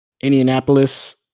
Indianapolis